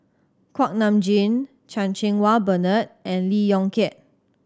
Kuak Nam Jin Chan Cheng Wah Bernard and Lee Yong Kiat